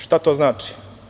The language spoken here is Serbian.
Šta to znači?